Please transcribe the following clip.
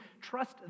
trust